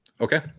okay